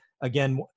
Again